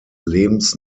lebens